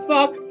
Fuck